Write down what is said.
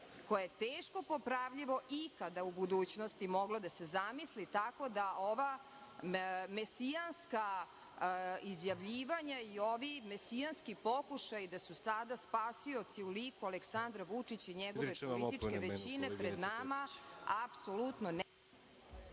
To je teško popravljivo ikada u budućnosti moglo da se zamisli, tako da ova mesijanska izjavljivanja i ovi mesijanski pokušaji da su sada spasioci u liku Aleksandra Vučića i njegove političke većine pred nama apsolutno…